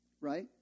right